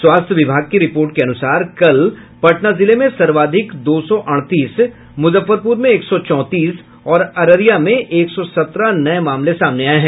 स्वास्थ्य विभाग की रिपोर्ट के अनुसार कल पटना जिले में सर्वाधिक दो सौ अड़तीस मुजफ्फरपुर में एक सौ चौंतीस और अररिया में एक सौ सत्रह नये मामले सामने आये हैं